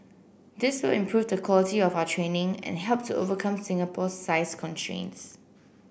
this will improve the quality of our training and help to overcome Singapore's size constraints